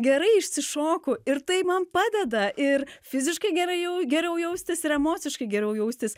gerai išsišoku ir tai man padeda ir fiziškai gerai jau geriau jaustis ir emociškai geriau jaustis